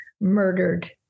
murdered